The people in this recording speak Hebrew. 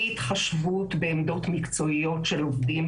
אי התחשבות בעמדות מקצועיות של עובדים